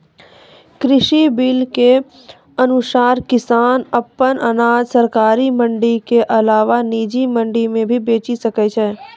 कृषि बिल के अनुसार किसान अप्पन अनाज सरकारी मंडी के अलावा निजी मंडी मे भी बेचि सकै छै